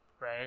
right